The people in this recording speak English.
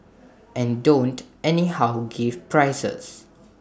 and don't anyhow give prizes